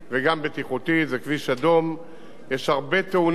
יש בו הרבה תאונות עם הרוגים ונפגעים של תאונות חזית,